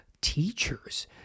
teachers